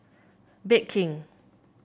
Bake King